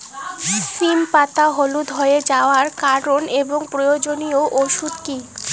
সিম পাতা হলুদ হয়ে যাওয়ার কারণ এবং প্রয়োজনীয় ওষুধ কি?